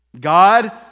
God